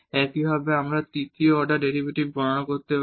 একইভাবে আমরা তৃতীয় অর্ডার ডেরিভেটিভ গণনা করতে পারি